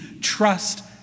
trust